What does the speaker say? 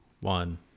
one